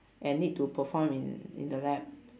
and need to perform in in the lab